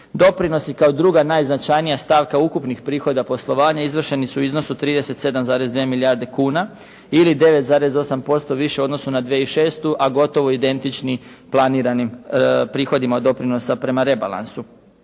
Doprinosi kao druga najznačajnija stavka ukupnih prihoda poslovanja izvršeni su u iznosu od 37,2 milijarde kuna ili 9,8% više u odnosu na 2006. a gotovo identični planiranim prihodima od doprinosa prema rebalansu.